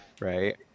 right